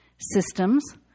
systems